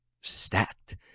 stacked